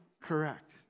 correct